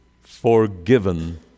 forgiven